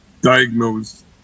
diagnosed